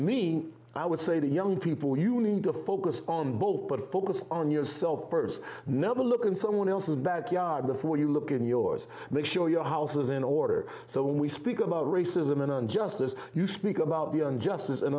me i would say to young people you need to focus on both but focus on yourself first never look in someone else's backyard before you look in yours make sure your houses in order so when we speak about racism in and justice you speak about the unjust is an